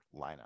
lineup